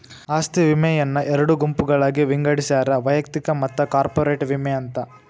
ಆಸ್ತಿ ವಿಮೆಯನ್ನ ಎರಡು ಗುಂಪುಗಳಾಗಿ ವಿಂಗಡಿಸ್ಯಾರ ವೈಯಕ್ತಿಕ ಮತ್ತ ಕಾರ್ಪೊರೇಟ್ ವಿಮೆ ಅಂತ